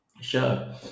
Sure